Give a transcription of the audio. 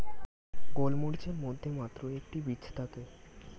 গোলমরিচের মধ্যে মাত্র একটি বীজ থাকে